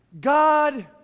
God